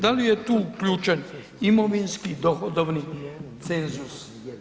Da li je tu uključen imovinski dohodovni cenzus?